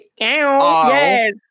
Yes